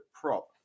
prop